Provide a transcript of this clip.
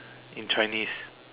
in Chinese